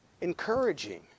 encouraging